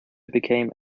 became